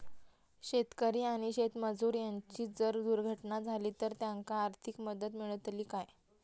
शेतकरी आणि शेतमजूर यांची जर दुर्घटना झाली तर त्यांका आर्थिक मदत मिळतली काय?